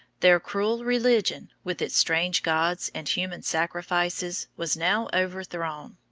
their cruel religion, with its strange gods and human sacrifices, was now overthrown.